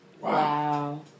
Wow